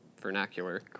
vernacular